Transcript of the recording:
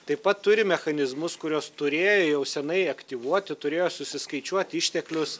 taip pat turi mechanizmus kuriuos turėjo jau senai aktyvuoti turėjo susiskaičiuot išteklius